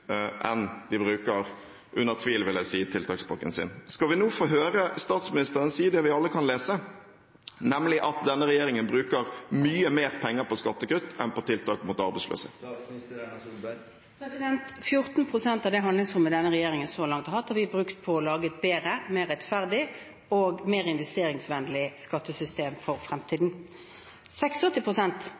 enn de bruker – under tvil, vil jeg si – til tiltakspakken sin. Skal vi nå få høre statsministeren si det vi alle kan lese, nemlig at denne regjeringen bruker mye mer penger på skattekutt enn på tiltak mot arbeidsløshet? 14 pst. av det handlingsrommet denne regjeringen så langt har hatt, har vi brukt på å lage et bedre, mer rettferdig og mer investeringsvennlig skattesystem for fremtiden.